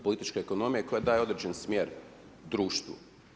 političke ekonomije koja daje određen smjer društvu.